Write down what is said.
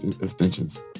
extensions